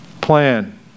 plan